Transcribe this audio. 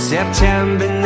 September